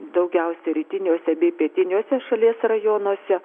daugiausiai rytiniuose bei pietiniuose šalies rajonuose